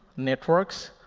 networks,